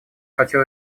хотел